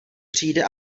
přijde